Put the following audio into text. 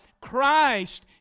Christ